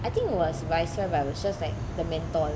I think it was viruses but it was just like the menthol